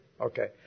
Okay